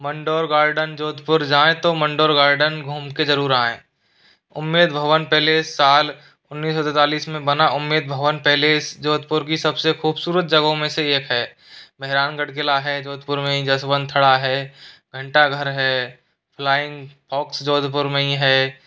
Mandore garden Jodhpur जाएँ तो Mandore garden घूम के जरूर आएँ उम्मेद भवन पैलेस साल उन्नीस सौ सैंतालीस में बना उम्मेद भवन पैलेस जोधपुर की सबसे खूबसूरत जगहों में से एक है मेहरानगढ़ किला है जोधपुर में ही जसवंत थड़ा है घंटाघर है फ्लाइंग फॉक्स जोधपुर में ही है